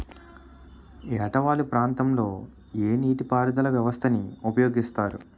ఏట వాలు ప్రాంతం లొ ఏ నీటిపారుదల వ్యవస్థ ని ఉపయోగిస్తారు?